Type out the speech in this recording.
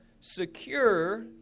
secure